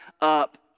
up